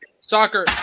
Soccer